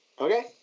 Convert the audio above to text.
Okay